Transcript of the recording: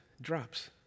drops